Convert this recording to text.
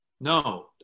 no